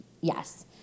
Yes